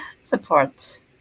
support